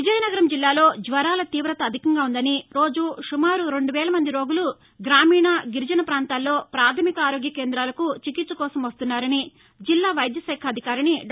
విజయనగరం జిల్లాలో జ్వరాల తీవత అధికంగా వుందని రోజూ సుమారు రెండు వేల మంది రోగులు గ్రామీణ గిరిజన పాంతాల్లో పాధమిక ఆరోగ్య కేందాలకు చికిత్స కోసం వస్తున్నారని జిల్లా వైద్య శాఖాధికారిణి డా